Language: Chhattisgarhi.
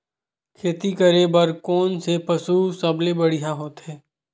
खेती करे बर कोन से पशु सबले बढ़िया होथे?